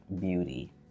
beauty